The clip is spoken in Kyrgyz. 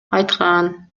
айткан